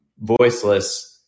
voiceless